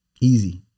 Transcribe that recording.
Easy